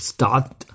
Start